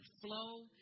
flow